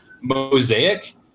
Mosaic